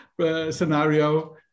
scenario